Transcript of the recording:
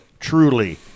truly